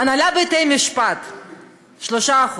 הנהלת בתי-משפט, 3%,